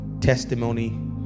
testimony